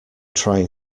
trying